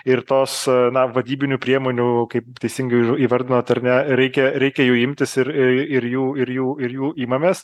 ir tos na vadybinių priemonių kaip teisingai įv įvardinot ar ne reikia reikia jų imtis ir ir jų ir jų ir jų imamės